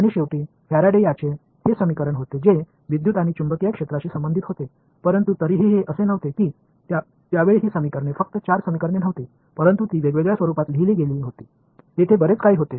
आणि शेवटी फॅराडे यांचे हे समीकरण होते जे विद्युत आणि चुंबकीय क्षेत्राशी संबंधित होते परंतु तरीही हे असे नव्हते की त्यावेळी ही समीकरणे फक्त 4 समीकरणे नव्हती परंतु ती वेगवेगळ्या स्वरूपात लिहिली गेली होती तेथे बरेच काही होते